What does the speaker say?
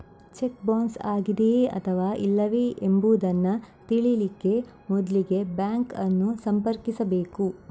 check bounce ಆಗಿದೆಯೇ ಅಥವಾ ಇಲ್ಲವೇ ಎಂಬುದನ್ನ ತಿಳೀಲಿಕ್ಕೆ ಮೊದ್ಲಿಗೆ ಬ್ಯಾಂಕ್ ಅನ್ನು ಸಂಪರ್ಕಿಸ್ಬೇಕು